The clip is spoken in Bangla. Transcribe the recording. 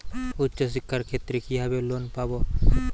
উচ্চশিক্ষার ক্ষেত্রে কিভাবে লোন পাব?